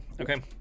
okay